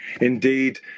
Indeed